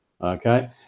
okay